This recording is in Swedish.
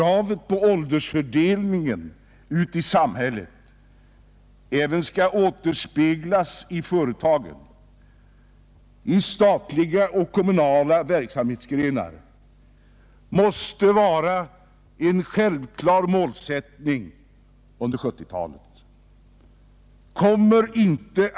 Att åldersfördelningen ute i samhället även skall återspeglas i företagen och i statliga och kommunala verksamhetsgrenar måste vara en självklar målsättning under 1970-talet.